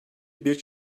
bir